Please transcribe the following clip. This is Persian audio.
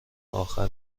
آخر